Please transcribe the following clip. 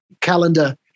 calendar